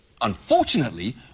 Unfortunately